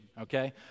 okay